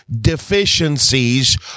deficiencies